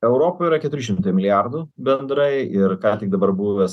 europoj yra keturi šimtai milijardų bendrai ir ką tik dabar buvęs